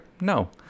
No